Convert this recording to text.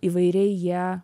įvairiai jie